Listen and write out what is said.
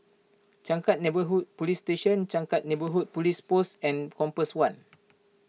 Changkat Neighbourhood Police Station Changkat Neighbourhood Police Post and Compass one